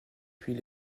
puis